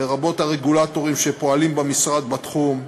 לרבות הרגולטורים שפועלים במשרד בתחום,